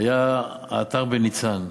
היה האתר בניצן.